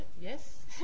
Yes